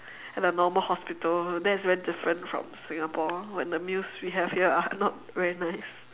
at a normal hospital that's very different from singapore where the meals we have here are not very nice